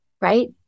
Right